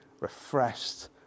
refreshed